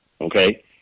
okay